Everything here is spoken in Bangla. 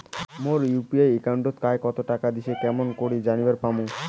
মোর ইউ.পি.আই একাউন্টে কায় কতো টাকা দিসে কেমন করে জানিবার পামু?